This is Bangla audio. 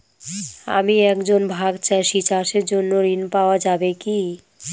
আমি একজন ভাগ চাষি চাষের জন্য ঋণ পাওয়া যাবে কি?